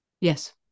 Yes